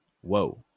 whoa